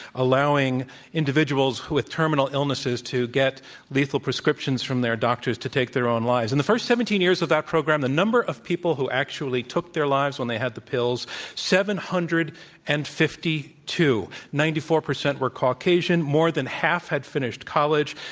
allowing individuals with terminal illnesses to get lethal prescriptions from their doctors to take their own lives. in and the first seventeen years of that program, the number of people who actually took their lives when they had the pills seven hundred and fifty two. ninety four percent were caucasian. more than half had finished college.